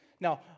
Now